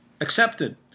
accepted